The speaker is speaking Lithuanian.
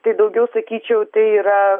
tai daugiau sakyčiau tai yra